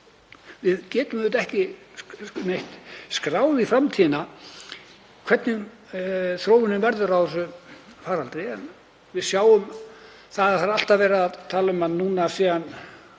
Við getum auðvitað ekki skráð inn í framtíðina hvernig þróunin verður á þessum faraldri en við sjáum að það er alltaf verið að tala um að núna sé